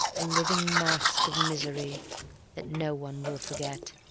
a living mask of misery that no one will forget.